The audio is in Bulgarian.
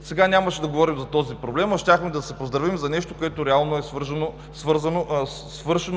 сега нямаше да говорим за този проблем, а щяхме да се поздравим за нещо, което реално е свършено